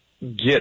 get